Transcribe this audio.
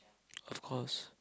of course